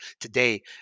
today